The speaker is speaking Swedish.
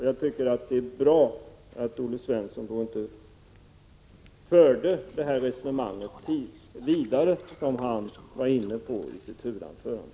Jag tycker att det är bra att Olle Svensson inte förde det resonemang vidare som han var inne på i sitt huvudanförande.